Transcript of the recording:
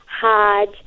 hard